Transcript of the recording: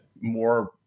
more